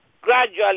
gradually